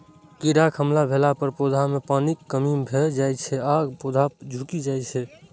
कीड़ाक हमला भेला पर पौधा मे पानिक कमी भए जाइ छै आ पौधा झुकि जाइ छै